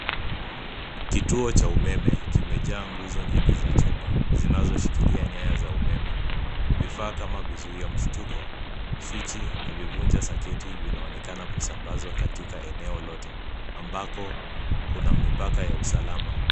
Kituo cha umeme kimejaa nguzo nyingi za chuma zinazoshikilia nyaya za umeme. Vifaa kama vizuia mshtuko, swichi na vivunja soketi vinaonekana kusambazwa katika eneo lote ambako kuna mipaka ya usalama.